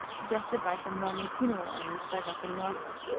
suggested by some roman funeral urns, dug up in norfolk.